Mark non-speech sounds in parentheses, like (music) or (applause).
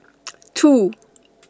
(noise) two (noise)